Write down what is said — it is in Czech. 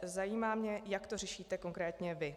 Zajímá mě, jak to řešíte konkrétně vy.